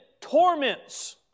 torments